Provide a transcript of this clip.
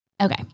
Okay